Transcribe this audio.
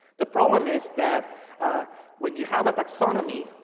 the problem is that when you have a taxonomy,